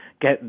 get